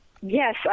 Yes